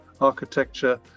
architecture